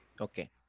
Okay